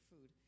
food